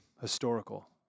historical